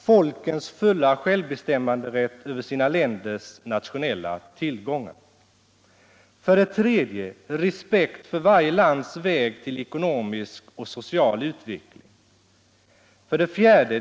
Folkens fulla självbestämmanderätt över sina länders nationella tillgångar. 3. Respekt för varje lands väg till ekonomisk och social utveckling. 4.